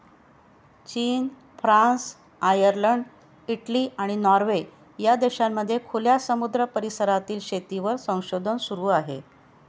चीन, France, Ireland, Italy, आणि Norway या देशांमध्ये खुल्या समुद्र परिसरातील शेतीवर संशोधन सुरू आहे